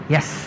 Yes